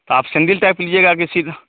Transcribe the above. आप sandal type का लीजिएगा कि सीधा